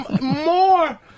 more